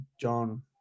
John